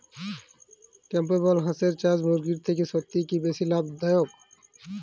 Campbell হাঁসের চাষ মুরগির থেকে সত্যিই কি বেশি লাভ দায়ক?